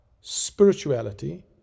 spirituality